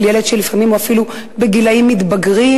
של ילד שהוא לפעמים אפילו בגילאים מתבגרים,